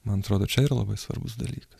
man atrodo čia yra labai svarbus dalykas